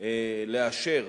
לאשר